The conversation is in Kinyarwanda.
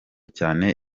cyane